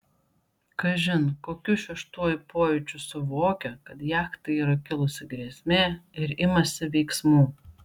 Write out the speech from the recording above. kažin kokiu šeštuoju pojūčiu suvokia kad jachtai yra kilusi grėsmė ir imasi veiksmų